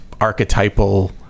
archetypal